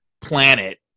planet